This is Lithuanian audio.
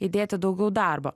įdėti daugiau darbo